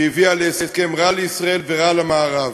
שהביאה להסכם רע לישראל ורע למערב.